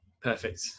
Perfect